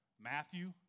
Matthew